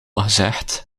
gezegd